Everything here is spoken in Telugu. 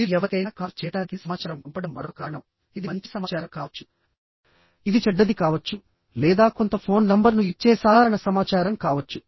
మీరు ఎవరికైనా కాల్ చేయడానికి సమాచారం పంపడం మరొక కారణంఇది మంచి సమాచారం కావచ్చుఇది చెడ్డది కావచ్చు లేదా కొంత ఫోన్ నంబర్ను ఇచ్చే సాధారణ సమాచారం కావచ్చు